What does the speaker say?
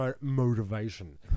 motivation